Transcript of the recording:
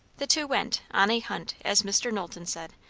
the two went on a hunt, as mr. knowlton said,